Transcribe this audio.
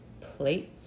Plate